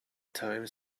time